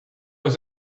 was